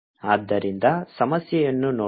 ಆದ್ದರಿಂದ ಸಮಸ್ಯೆಯನ್ನು ನೋಡೋಣ